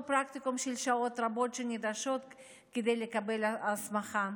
פרקטיקום של שעות רבות שנדרשות כדי לקבל הסמכה.